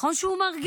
נכון שהוא מרגיע?